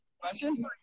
question